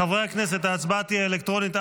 חברי הכנסת, ההצבעה תהיה אלקטרונית.